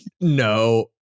No